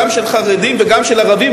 גם של חרדים וגם של ערבים,